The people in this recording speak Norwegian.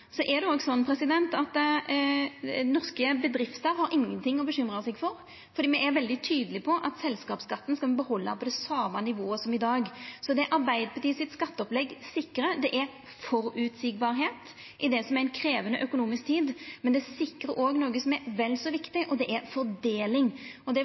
Det er òg sånn at norske bedrifter ikkje har noko å bekymra seg for, for me er veldig tydelege på at me skal behalda selskapsskatten på det same nivået som i dag. Det skatteopplegget til Arbeidarpartiet sikrar, er føreseielege vilkår i det som er ei krevjande økonomisk tid, men det sikrar òg noko som er vel så viktig, og det